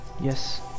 yes